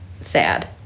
sad